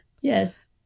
Yes